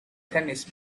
tennis